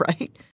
right